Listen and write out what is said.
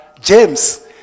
James